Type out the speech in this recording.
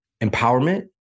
empowerment